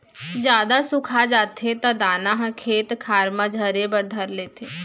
जादा सुखा जाथे त दाना ह खेत खार म झरे बर धर लेथे